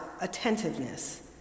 attentiveness